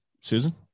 Susan